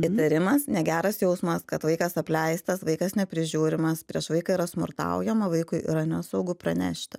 įtarimas negeras jausmas kad vaikas apleistas vaikas neprižiūrimas prieš vaiką yra smurtaujama vaikui yra nesaugu pranešti